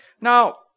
Now